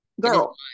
Girl